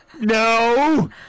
No